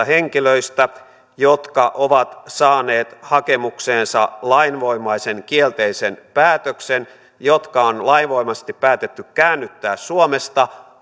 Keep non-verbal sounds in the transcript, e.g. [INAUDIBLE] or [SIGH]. [UNINTELLIGIBLE] henkilöistä jotka ovat saaneet hakemukseensa lainvoimaisen kielteisen päätöksen ja jotka on lainvoimaisesti päätetty käännyttää suomesta [UNINTELLIGIBLE]